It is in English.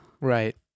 right